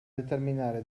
determinare